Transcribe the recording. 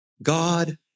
God